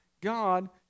God